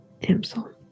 Amsel